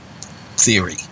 theory